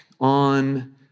On